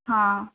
ହଁ